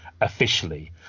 officially